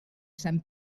sant